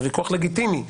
זה ויכוח לגיטימי,